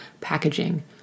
packaging